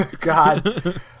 God